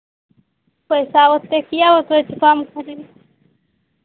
पैसा ओतेक किएक होतै किछु कम करियौ